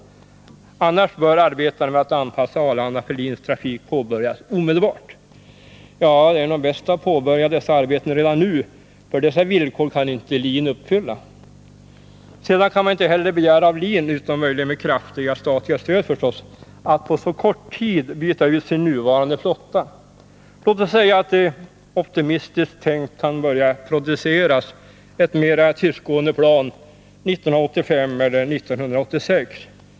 Annars bör arbetena för att anpassa Arlanda för LIN:s trafik påbörjas omedelbart. Det är nog bäst att påbörja arbetena redan nu, för dessa villkor kan inte LIN uppfylla. Sedan kan man inte heller begära att LIN, utom möjligen med kraftiga statliga stöd, på så kort tid skall byta ut sin nuvarande flotta. Låt oss säga att det, optimistiskt tänkt, kan börja produceras ett mera tystgående plan 1985 eller 1986.